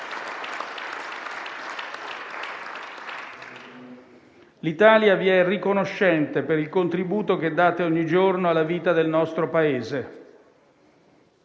L'Italia vi è riconoscente per il contributo che date ogni giorno alla vita del nostro Paese.